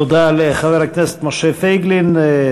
תודה לחבר הכנסת משה פייגלין.